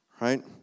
right